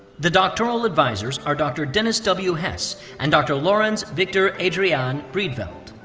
the doctoral advisors are dr. dennis w. hess and dr. lawrence victor adrian breedveld.